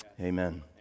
Amen